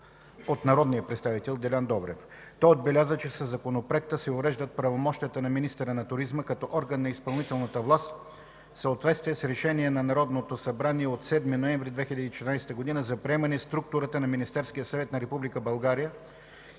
от народния представител Делян Добрев. Той отбеляза, че със Законопроекта се уреждат правомощията на министъра на туризма, като орган на изпълнителната власт, в съответствие с Решение на Народно събрание от 7 ноември 2014 г. за приемане структурата на Министерския съвет на Република България,